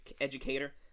educator